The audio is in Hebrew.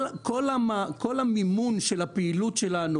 כל המימון של הפעילות שלנו